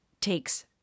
takes